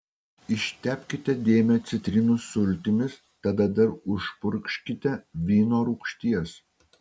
ištepkite dėmę citrinų sultimis tada dar užpurkškite vyno rūgšties